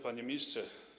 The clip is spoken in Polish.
Panie Ministrze!